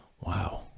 Wow